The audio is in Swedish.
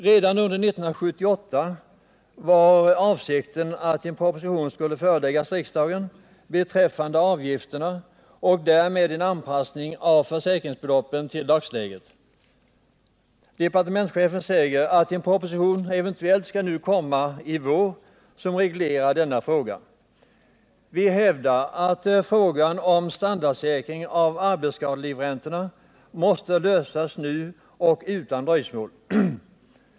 Redan under 1978 var avsikten att en proposition beträffande avgifterna skulle föreläggas riksdagen i syfte att åstadkomma en anpassning av försäkringsbeloppen till dagsläget. Departementschefen säger nu att en proposition som reglerar denna fråga skall komma till våren. Vi hävdar emellertid att frågan om standardsäkring av arbetsskadelivräntorna måste lösas nu och utan dröjsmål.